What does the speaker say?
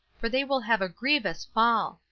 for they will have a grievous fall.